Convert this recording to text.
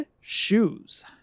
shoes